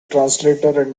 translator